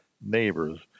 neighbors